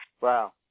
Wow